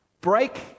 break